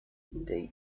they